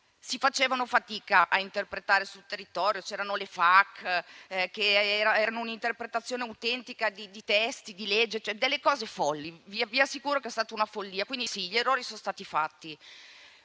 si faceva fatica a interpretare alcuni provvedimenti sul territorio; c'erano le FAQ, c'era l'interpretazione autentica di testi di legge: delle cose folli; vi assicuro che è stata una follia. Quindi sì, gli errori sono stati fatti.